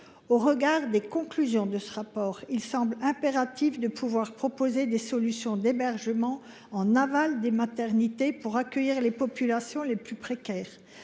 Au regard des conclusions de ce rapport d’information, il paraît impératif de proposer des solutions d’hébergement en aval des maternités pour accueillir les populations les plus précaires.